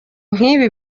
nk’ibi